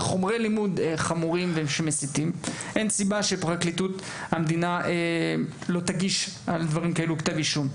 לכן אני לא רואה סיבה שפרקליטות המדינה לא תגיש נגדו כתב אישום.